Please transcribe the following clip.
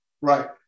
Right